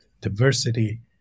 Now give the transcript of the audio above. Diversity